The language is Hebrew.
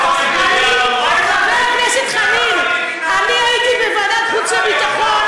חבר הכנסת חנין, הייתי בוועדת חוץ וביטחון